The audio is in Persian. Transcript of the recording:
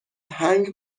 هنگ